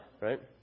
right